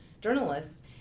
journalists